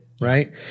Right